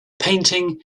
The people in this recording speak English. painting